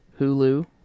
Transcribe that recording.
Hulu